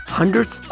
hundreds